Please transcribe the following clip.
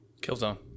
Killzone